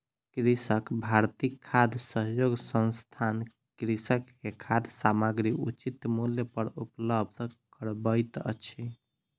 कृषक भारती खाद्य सहयोग संस्थान कृषक के खाद्य सामग्री उचित मूल्य पर उपलब्ध करबैत अछि